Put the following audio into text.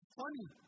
funny